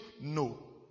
no